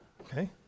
Okay